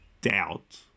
doubt